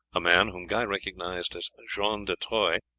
a man, whom guy recognized as john de troyes,